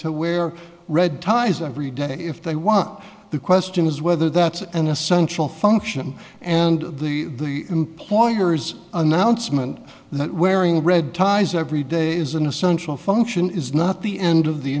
to wear red ties every day if they want the question is whether that's an essential function and the employer's announcement that wearing red ties every day is an essential function is not the end of the